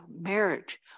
marriage